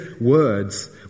words